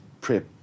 prep